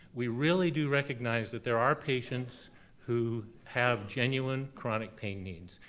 we really do recognize that there are patients who have genuine chronic pain needs.